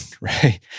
right